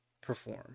perform